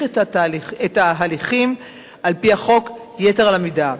את ההליכים על-פי החוק יתר על המידה.